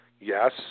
Yes